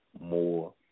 more